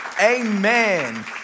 Amen